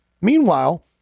Meanwhile